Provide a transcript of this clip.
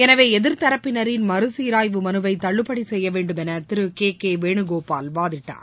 எனவே எதிர்தரப்பினரின் மறுசீராய்வு மனுவை தள்ளுபடி செய்யவேண்டும் என திரு கே கே வேணுகோபால் வாதிட்டார்